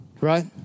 Right